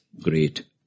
great